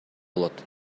болот